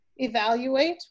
evaluate